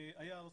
היה ארסי.